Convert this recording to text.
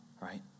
right